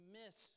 miss